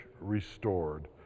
restored